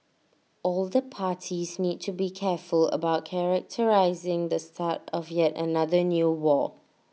all the parties need to be careful about characterising the start of yet another new war